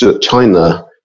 China